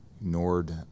ignored